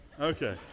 Okay